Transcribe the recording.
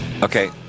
Okay